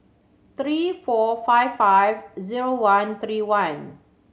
three four five five zero one three one